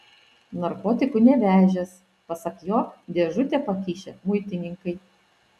narkotikų nevežęs pasak jo dėžutę pakišę muitininkai